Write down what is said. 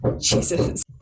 Jesus